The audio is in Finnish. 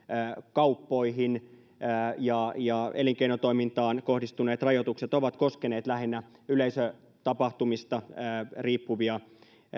kauppoihin ja ja elinkeinotoimintaan kohdistuneet rajoitukset ovat koskeneet lähinnä yleisötapahtumista riippuvia